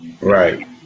right